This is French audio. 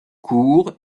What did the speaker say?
court